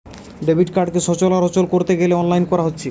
debit কার্ডকে সচল আর অচল কোরতে গ্যালে অনলাইন কোরা হচ্ছে